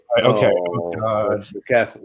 okay